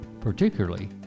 particularly